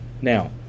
Now